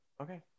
Okay